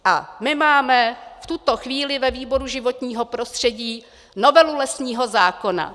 A my máme v tuto chvíli ve výboru životního prostředí novelu lesního zákona.